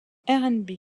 rnb